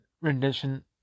rendition